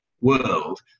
world